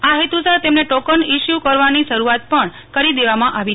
આ હેતુસર તેમને ટોકન ઇસ્યુ કરવાની શરૂઆત પણ કરી દેવામાં આવી છે